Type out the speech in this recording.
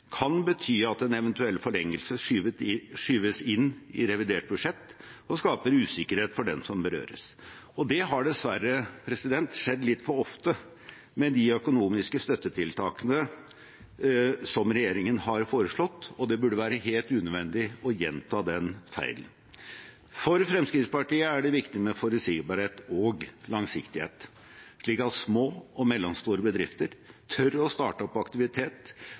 kan bety at en eventuell forlengelse skyves inn i revidert budsjett og skaper usikkerhet for dem som berøres. Det har dessverre skjedd litt for ofte med de økonomiske støttetiltakene som regjeringen har foreslått, og det burde være helt unødvendig å gjenta den feilen. For Fremskrittspartiet er det viktig med forutsigbarhet og langsiktighet, slik at små og mellomstore bedrifter tør å starte opp aktivitet